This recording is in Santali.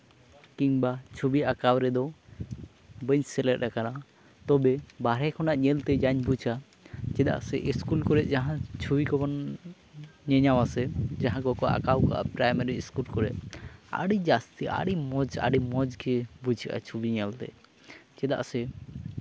ᱠᱤᱢᱵᱟ ᱪᱷᱚᱵᱤ ᱟᱸᱠᱟᱣ ᱨᱮᱫᱚ ᱵᱟᱹᱧ ᱥᱮᱞᱮᱫ ᱟᱠᱟᱱᱟ ᱛᱚᱵᱮ ᱵᱟᱦᱨᱮ ᱠᱷᱚᱱᱟᱜ ᱧᱮᱞᱛᱮ ᱡᱟᱧ ᱵᱩᱡᱟ ᱪᱮᱫᱟᱜ ᱥᱮ ᱤᱥᱠᱩᱞ ᱠᱚᱨᱮᱜ ᱡᱟᱦᱟᱸ ᱪᱷᱚᱵᱤ ᱠᱚᱵᱚᱱ ᱧᱮᱧᱟᱢᱟᱥᱮ ᱡᱟᱦᱟᱸ ᱠᱚᱠᱚ ᱟᱸᱠᱟᱣ ᱠᱟᱜᱼᱟ ᱯᱨᱟᱭᱢᱟᱨᱤ ᱤᱥᱠᱩᱞ ᱠᱚᱨᱮᱜ ᱟᱹᱰᱤ ᱡᱟᱹᱥᱛᱤ ᱟᱹᱰᱤ ᱢᱚᱡᱽ ᱟᱹᱰᱤ ᱢᱚᱡᱽᱜᱮ ᱵᱩᱡᱷᱟᱹᱜᱼᱟ ᱪᱷᱚᱵᱤ ᱧᱮᱞᱛᱮ ᱪᱮᱫᱟᱜ ᱥᱮ